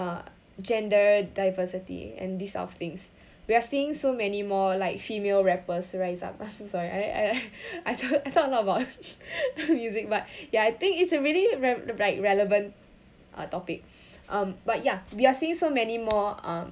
uh gender diversity and these sort of things we are seeing so many more like female rappers rise up I'm so sorry I I I talk I talk a lot about music but ya I think it's a really rev~ relevant uh topic um but ya we are seeing so many more um